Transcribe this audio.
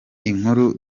inkuru